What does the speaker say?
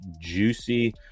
juicy